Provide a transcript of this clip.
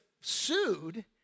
sued